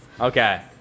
Okay